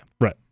Right